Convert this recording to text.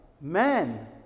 Men